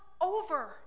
over